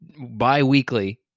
bi-weekly